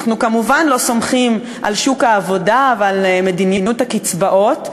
אנחנו כמובן לא סומכים על שוק העבודה ועל מדיניות הקצבאות.